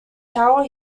tower